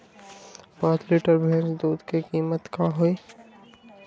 पाँच लीटर भेस दूध के कीमत का होई?